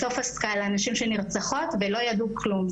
בסוף הסקאלה נשים שנרצחות ולא ידעו כלום.